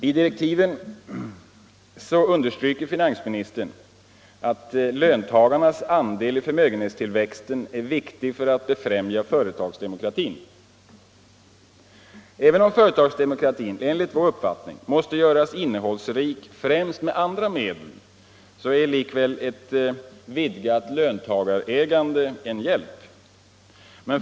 I direktiven understryker finansministern att löntagarnas andel i förmögenhetstillväxten är viktig för att befrämja företagsdemokratin. Även om företagsdemokratin enligt vår uppfattning måste göras innehållsrik främst med andra medel är likväl ett vidgat löntagarägande en hjälp.